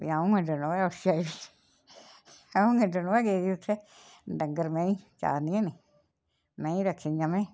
ते अ'ऊं मते दिन होएआ उट्ठ दे अ'ऊं किन्ने दिन होएआ गेदे उट्ठै डंगर मेहीं चारनियां निं मेहीं रक्खी दियां में